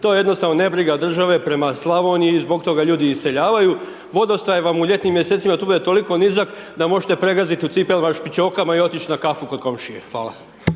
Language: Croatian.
to je jednostavno nebriga države prema Slavoniji zbog toga ljudi iseljavaju. Vodostaj vam u ljetnim mjesecima tu bude toliko nizak da možete pregazit u cipelama špičokama i otić na kafu kod komšije. Hvala.